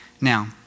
Now